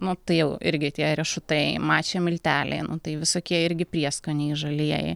nu tai jau irgi tie riešutai mačia milteliai nu tai visokie irgi prieskoniai žalieji